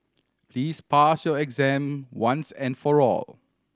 please pass your exam once and for all